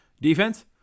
Defense